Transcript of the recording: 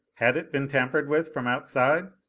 had it been tampered with from outside?